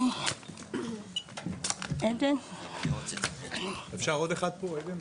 דברי הפתיחה שלי.